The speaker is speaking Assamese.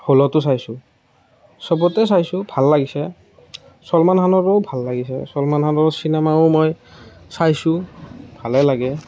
হলটো চাইছোঁ সবতে চাইছোঁ ভাল লাগিছে চলমান খানৰো ভাল লাগিছে চলমান খানৰ চিনেমাও মই চাইছোঁ ভালেই লাগে